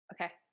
Okay